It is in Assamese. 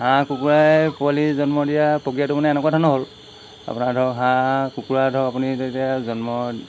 হাঁহ কুকুৰাই পোৱালি জন্ম দিয়া প্ৰক্ৰিয়াটো মানে এনেকুৱা ধৰণৰ হ'ল আপোনাৰ ধৰক হাঁহ কুকুৰা ধৰক আপুনি যেতিয়া জন্ম